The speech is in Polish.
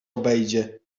obejdzie